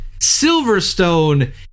Silverstone